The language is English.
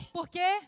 Porque